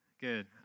Good